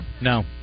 No